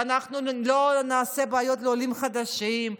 ואנחנו לא נעשה בעיות לעולים חדשים,